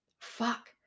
fuck